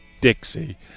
Dixie